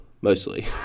Mostly